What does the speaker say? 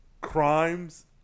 crimes